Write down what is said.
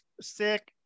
sick